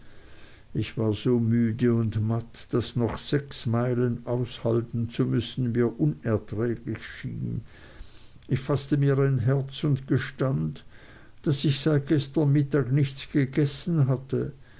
ich war so müde und matt daß noch sechs meilen aushalten zu müssen mir unerträglich schien ich faßte mir ein herz und gestand daß ich seit gestern mittag nichts gegessen hatte